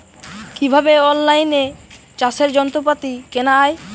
কিভাবে অন লাইনে চাষের যন্ত্রপাতি কেনা য়ায়?